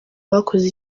bakoze